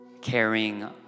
carrying